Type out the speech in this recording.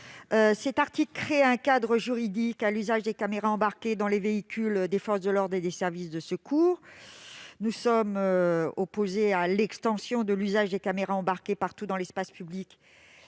Cet article vise à créer un cadre juridique à l'usage des caméras embarquées dans les véhicules des forces de l'ordre et des services de secours. Les auteurs de cet amendement sont opposés à l'extension de l'usage des caméras embarquées partout dans l'espace public,